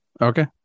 Okay